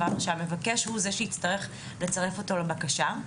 ושהמבקש הוא זה שיצטרך לצרף אותו לבקשה.